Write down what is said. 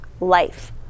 life